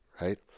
right